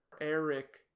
Eric